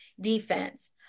defense